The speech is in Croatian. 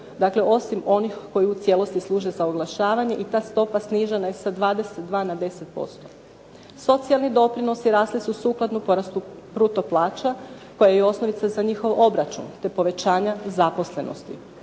Dakle, osim onih koji u cijelosti služe za oglašavanje i ta stopa snižena je sa 22 na 10%. Socijalni doprinosi rasli su sukladno porastu bruto plaća kao i osnovica za njihov obračun, te povećanja zaposlenosti.